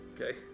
okay